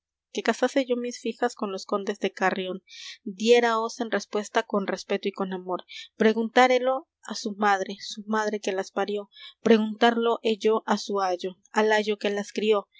que casase yo mis fijas con los condes de carrión diéraos en respuesta con respeto y con amor preguntarélo á su madre su madre que las parió preguntarlo he yo á su ayo al ayo que las crió